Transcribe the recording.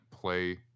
play